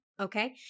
okay